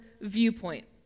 viewpoint